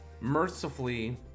mercifully